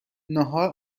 ناهار